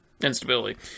instability